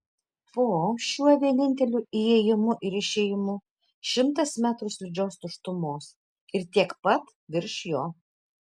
po šiuo vieninteliu įėjimu ir išėjimu šimtas metrų slidžios tuštumos ir tiek pat virš jo